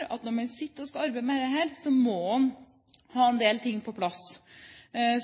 Når man skal arbeide med dette, må man ha en del ting på plass.